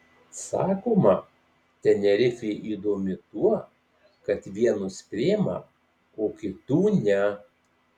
sakoma tenerifė įdomi tuo kad vienus priima o kitų ne